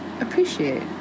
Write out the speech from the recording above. appreciate